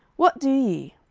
what do